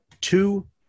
two